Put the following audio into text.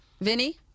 Vinny